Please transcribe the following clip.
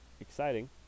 exciting